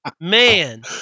man